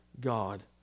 God